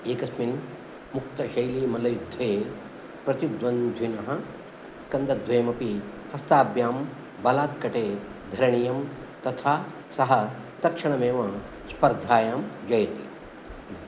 एकस्मिन् मुक्तशैलीमल्लयुद्धे प्रतिद्वन्द्विनः स्कन्धद्वयमपि हस्ताभ्यां बलात् कटे धरणीयं तथा सः तत्क्षणमेव स्पर्धायां जयति